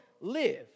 live